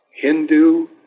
Hindu